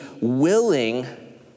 willing